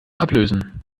ablösen